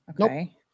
Okay